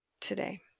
today